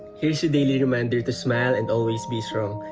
here's your daily reminder to smile and always be strong.